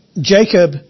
Jacob